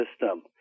system